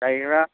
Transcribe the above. गायग्रा